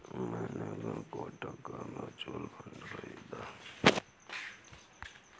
मैंने कोटक का mutual fund खरीदा है